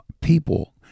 people